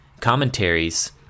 commentaries